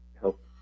help